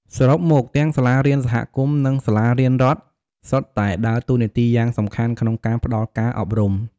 សរុបមក ទាំងសាលារៀនសហគមន៍ និងសាលារៀនរដ្ឋសុទ្ធតែដើរតួនាទីយ៉ាងសំខាន់ក្នុងការផ្ដល់ការអប់រំ។